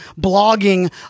blogging